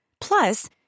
Plus